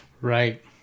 Right